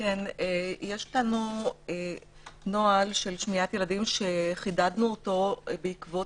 יש לנו נוהל שמיעת ילדים שחידדנו אותו בעקבות